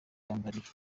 rwambariro